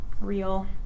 real